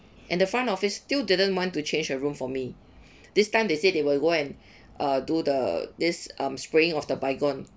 and the front office still didn't want to change the room for me this time they said they will go and uh do the this um spraying of the baygon